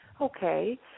Okay